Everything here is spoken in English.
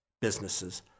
businesses